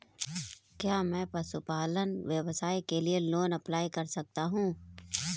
क्या मैं पशुपालन व्यवसाय के लिए लोंन अप्लाई कर सकता हूं?